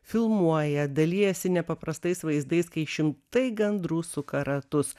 filmuoja dalijasi nepaprastais vaizdais kai šimtai gandrų suka ratus